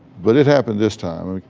but it happened this time.